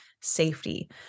safety